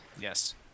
Yes